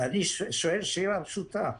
אני שואל שאלה פשוטה.